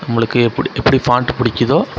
நம்மளுக்கு எப்படி எப்படி ஃபாண்ட்டு பிடிக்குதோ